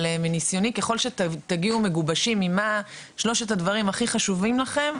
אבל מניסיוני ככל שתגיעו מגובשים ממה שלושת הדברים הכי חשובים לכם,